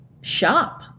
shop